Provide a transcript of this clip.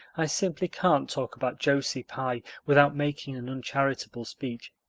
i simply can't talk about josie pye without making an uncharitable speech,